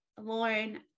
Lauren